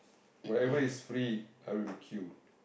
whatever it's free I will queue